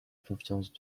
confiance